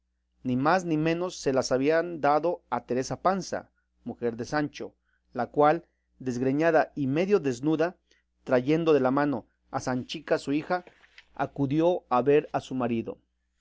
ni más ni menos se las habían dado a teresa panza mujer de sancho la cual desgreñada y medio desnuda trayendo de la mano a sanchica su hija acudió a ver a su marido